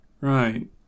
Right